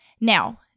Now